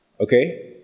Okay